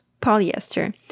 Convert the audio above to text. polyester